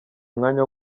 umwanya